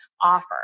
offer